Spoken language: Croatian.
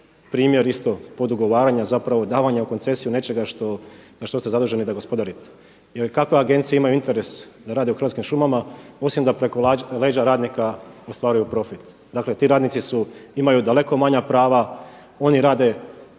primjer isto pod ugovaranja zapravo davanja u koncesiju nečega na što ste zaduženi da gospodarite. Jer kakve agencije imaju interes da rade u Hrvatskim šumama osim da preko leđa radnika ostvaruju profit. Dakle, ti radnici imaju daleko manja prava, oni rade